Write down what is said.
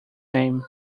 name